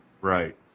Right